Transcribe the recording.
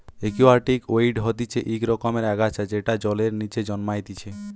একুয়াটিকে ওয়িড হতিছে ইক রকমের আগাছা যেটা জলের নিচে জন্মাইতিছে